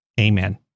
Amen